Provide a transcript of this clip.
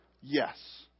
Yes